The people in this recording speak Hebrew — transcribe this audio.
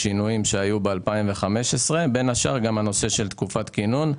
בין השאר גם בנושא של תקופת הכינון.